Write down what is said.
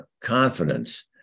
confidence